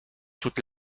toute